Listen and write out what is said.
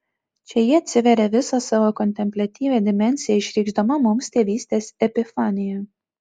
čia ji atsiveria visa savo kontempliatyvia dimensija išreikšdama mums tėvystės epifaniją